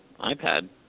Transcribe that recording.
iPad